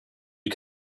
you